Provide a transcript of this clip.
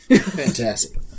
Fantastic